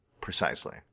Precisely